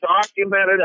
documented